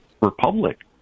republic